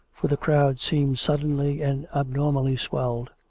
for the crowd seemed suddenly and ab normally swelled.